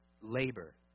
labor